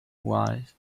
was